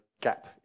gap